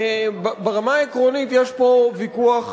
ברמה העקרונית יש פה ויכוח,